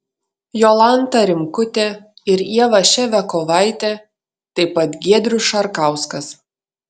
jolanta rimkutė ir ieva ševiakovaitė taip pat giedrius šarkauskas